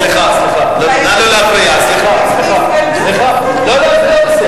סליחה, סליחה, נא לא להפריע.